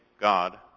God